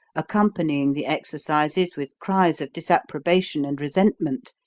accompanying the exercises with cries of disapprobation and resentment,